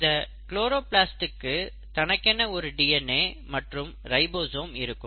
இந்த குளோரோபிளாஸ்ட்டுக்கு தனக்கென ஒரு டிஎன்ஏ மற்றும் ரைபோசோம் இருக்கும்